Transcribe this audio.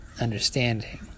understanding